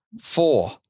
four